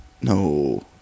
No